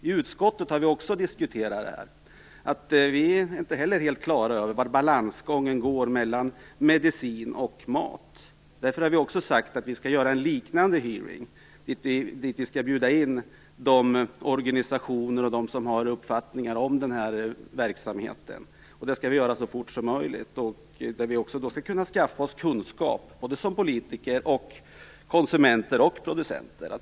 I utskottet har vi också diskuterat detta, och vi är inte heller helt klara över var balansgången går mellan medicin och mat. Därför har vi sagt att vi skall göra en liknande hearing, dit vi skall bjuda in organisationer och andra som har uppfattningar om den här verksamheten. Det skall vi göra så fort som möjligt. Där skall vi kunna skaffa oss kunskaper, såväl politiker som konsumenter och producenter.